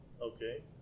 Okay